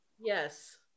Yes